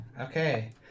Okay